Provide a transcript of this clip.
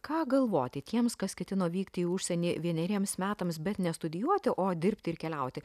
ką galvoti tiems kas ketino vykti į užsienį vieneriems metams bet nestudijuoti o dirbti ir keliauti